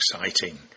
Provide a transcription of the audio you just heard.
exciting